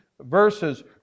verses